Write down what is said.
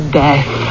death